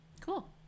cool